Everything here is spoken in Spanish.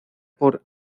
por